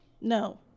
No